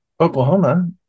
Oklahoma